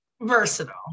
versatile